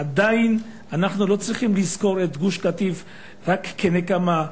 עדיין אנחנו לא צריכים לזכור את גוש-קטיף רק כנקמה,